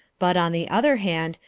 but, on the other hand,